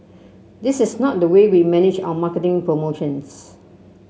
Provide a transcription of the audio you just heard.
this is not the way we manage our marketing promotions